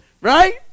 Right